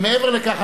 ומעבר לכך,